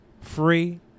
free